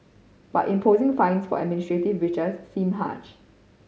but imposing fines for administrative breaches seem harsh